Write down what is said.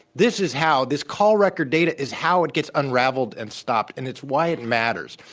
this is how this call record data is how it gets unraveled and stopped. and it's why it matters.